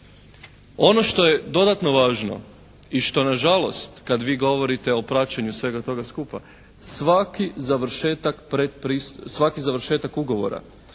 Ono što je dodatno važno i što na žalost kada vi govorite o praćenju svega toga skupa, svaki završetak ugovora